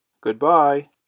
Goodbye